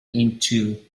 into